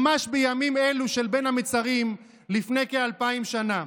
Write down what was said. ממש בימים אלו של בין המצרים, לפני כאלפיים שנה.